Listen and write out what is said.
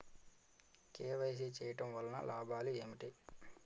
KYC చేయటం వలన లాభాలు ఏమిటి?